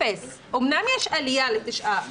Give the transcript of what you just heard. אומנם יש עלייה ל-9 ביקורים,